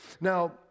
Now